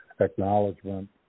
acknowledgement